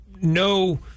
no